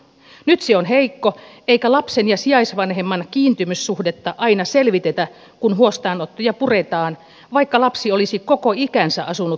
nyt se on heikko eikä lapsen ja sijaisvanhemman kiintymyssuhdetta aina selvitetä kun huostaanottoja puretaan vaikka lapsi olisi koko ikänsä asunut sijaisperheessä